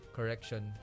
correction